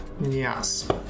Yes